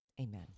Amen